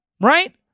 right